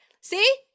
See